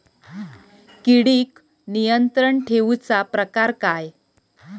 किडिक नियंत्रण ठेवुचा प्रकार काय?